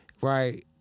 right